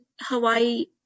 Hawaii